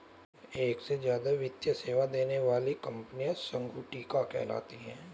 एक से ज्यादा वित्तीय सेवा देने वाली कंपनियां संगुटिका कहलाती हैं